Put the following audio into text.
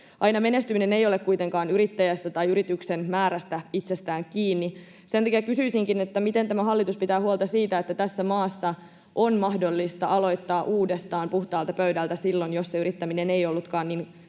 Aina menestyminen ei ole kuitenkaan yrittäjästä tai yrityksen määrästä itsestään kiinni. Sen takia kysyisinkin: miten tämä hallitus pitää huolta siitä, että tässä maassa on mahdollista aloittaa uudestaan puhtaalta pöydältä silloin, jos se yrittäminen ei ollutkaan niin